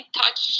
touch